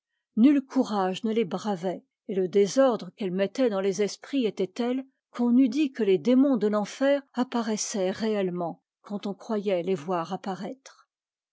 nul courage ne les bravait et le désordre qu'elles mettaient dans les esprits était tel qu'on eût dit que les démons de l'enfer apparaissaient réellement quand on croyait les voir apparaître